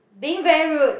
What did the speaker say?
being very rude